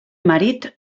marit